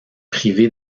privé